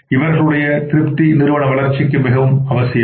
இவர்களுடைய திருப்தி நிறுவன வளர்ச்சிக்கு மிகவும் அவசியம்